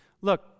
Look